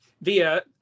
via